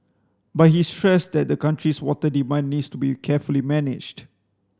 but he stressed that the country's water demand needs to be carefully managed